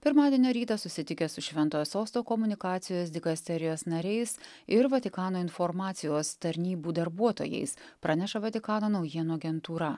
pirmadienio rytą susitikęs su šventojo sosto komunikacijos dikasterijos nariais ir vatikano informacijos tarnybų darbuotojais praneša vatikano naujienų agentūra